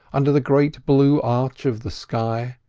under the great blue arch of the sky,